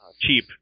cheap